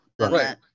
right